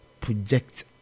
project